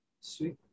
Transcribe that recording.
Sweet